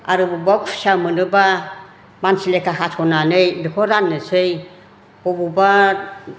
आरो बबावबा खुसिया मोनोबा मानसि लेखा हास'नानै बेखौ राननोसै बबावबा